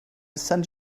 send